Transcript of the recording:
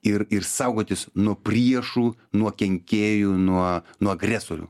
ir ir saugotis nuo priešų nuo kenkėjų nuo nuo agresorių